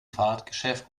fahrradgeschäft